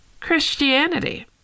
Christianity